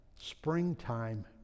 springtime